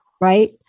Right